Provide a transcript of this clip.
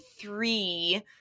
three